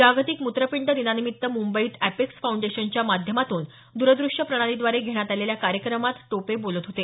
जागतिक मुत्रपिंड दिनानिमित्त मुंबईत अॅपेक्स फाऊंडेशनच्या माध्यमातून दरदृष्यप्रणालीद्वारे घेण्यात आलेल्या कार्यक्रमात टोपे बोलत होते